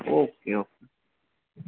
okay okay